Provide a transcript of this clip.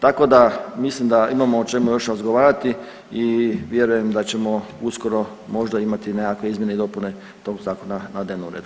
Tako da mislim da imamo o čemu još razgovarati i vjerujem da ćemo uskoro možda imati nekakve izmjene i dopune tog zakona na dnevnom redu.